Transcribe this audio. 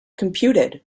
computed